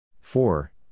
four